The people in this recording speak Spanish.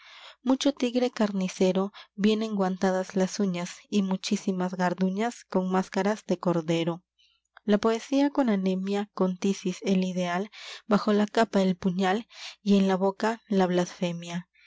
mucho tigre carnicero bien y enguantadas las uñas muchísimas garduñas máscaras de cordero la con poesía con anemia tisis el ideal bajo la capa el puñal y en la boca la blasfemia